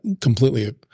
completely